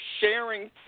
sharing